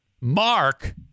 mark